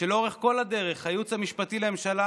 שלאורך כל הדרך הייעוץ המשפטי לממשלה